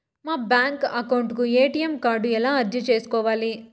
మా bank account కు ATM card ఎలా అర్జీ సేసుకోవాలి?